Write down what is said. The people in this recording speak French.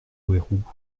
houerou